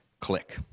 Click